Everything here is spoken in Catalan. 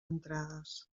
entrades